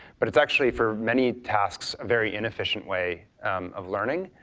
but it's actually for many tasks a very inefficient way of learning.